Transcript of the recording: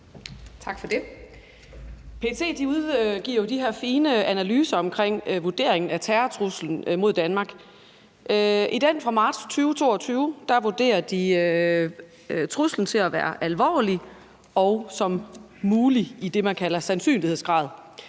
PET udgiver jo de her fine analyser omkring vurderingen af terrortruslen mod Danmark. I den fra marts 2022 vurderer de truslen til at være alvorlig og som mulig i det, man kalder sandsynlighedsgrad.